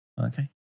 Okay